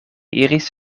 iris